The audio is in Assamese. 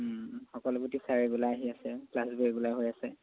সকলো প্ৰতি ছাৰ ৰেগুলাৰ আহি আছে ক্লাছবোৰ ৰেগুলাৰ হৈ আছে